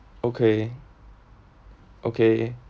okay okay